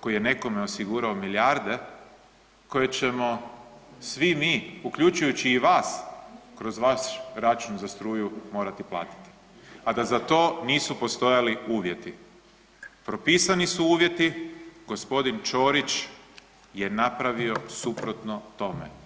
koji je nekome osigurao milijarde koje ćemo svi mi, uključujući i vas, kroz vaš račun za struju morati platiti, a da za to nisu postojali uvjeti, propisan su uvjeti gospodin Ćorić je napravio suprotno tome.